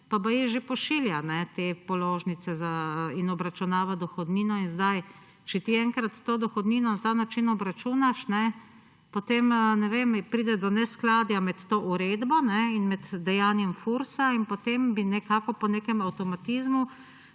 pa baje že pošilja te položnice in obračunava dohodnino. In sedaj, če ti enkrat to dohodnino na ta način obračunaš, potem ne vem, pride do neskladja med to uredbo in med dejanjem Fursa. Potem bi nekako po nekem avtomatizmu